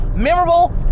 memorable